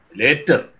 later